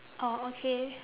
orh okay